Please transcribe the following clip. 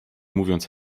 mówiąc